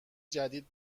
جدید